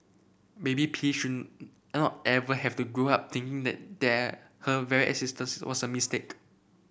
baby P should not ever have to grow up thinking the that her very existence was a mistake